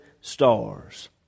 stars